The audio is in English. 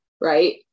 right